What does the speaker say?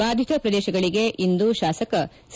ಬಾಧಿತ ಪ್ರದೇಶಗಳಿಗೆ ಇಂದು ಶಾಸಕ ಸಿ